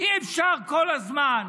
אי-אפשר כל הזמן,